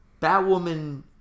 Batwoman